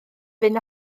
fynd